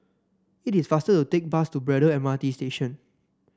it is faster to take bus to Braddell M R T Station